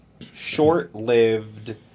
short-lived